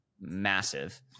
massive